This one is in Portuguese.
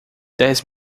dez